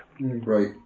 Right